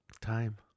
time